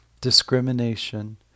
discrimination